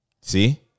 See